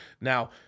Now